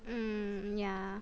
mm ya